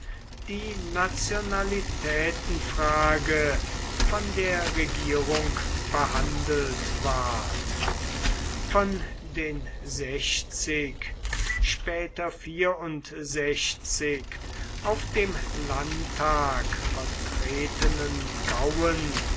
die nationalitätenfrage von der regierung behandelt ward von den sechzig später vierundsechzig auf dem landtag vertretenen gauen